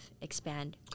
expand